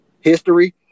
history